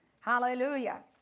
Hallelujah